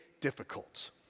difficult